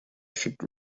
should